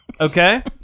okay